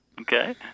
Okay